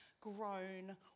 grown